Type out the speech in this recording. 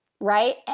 Right